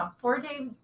four-day